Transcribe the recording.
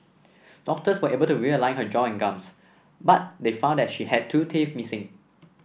doctors were able to realign her jaw and gums but they found that she had two teeth missing